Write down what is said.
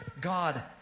God